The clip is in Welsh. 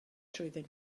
trwyddyn